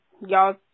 y'all